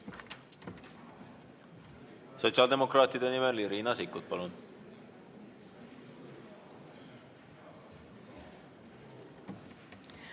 Sotsiaaldemokraatide nimel Riina Sikkut, palun!